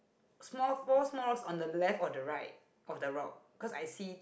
small four small rocks on the left or the right of the rock cause I see